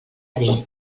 dir